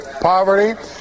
poverty